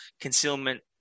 Concealment